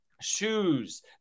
Shoes